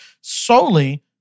Solely